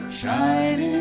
shining